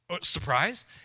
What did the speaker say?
surprise